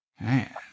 Man